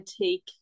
take